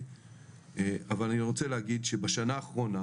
כשבגליל המערבי,